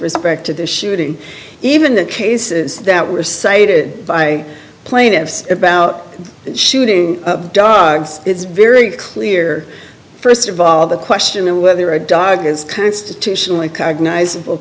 respect to the shooting even the cases that were cited by plaintiffs about shooting dogs it's very clear st of all the question of whether a dog is constitutionally cognizant of